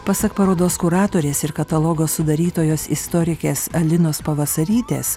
pasak parodos kuratorės ir katalogo sudarytojos istorikės alinos pavasarytės